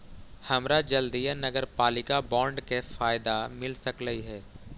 हमरा जल्दीए नगरपालिका बॉन्ड के फयदा मिल सकलई हे